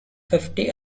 fifty